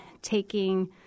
taking